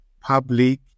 public